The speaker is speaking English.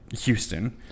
Houston